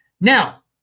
Now